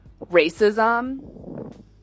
racism